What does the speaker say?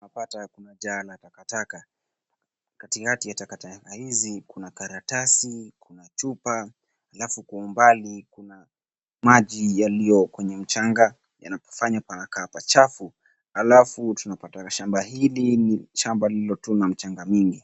Tunapata kuna jaa la takataka. Katikati ya takataka hizi kuna karatasi, kuna chupa halafu kwa umbali kuna maji yaliyo kwenye mchanga yanayofanya panakaa pachafu. Halafu tunapata shamba hili ni shamba lililo tu na mchanga mingi.